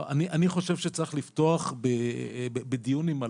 אני חושב שצריך לפתוח בדיון עם מל"ג,